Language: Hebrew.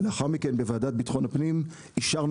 ולאחר מכן בוועדת ביטחון הפנים אישרנו